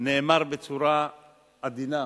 נאמר בצורה עדינה,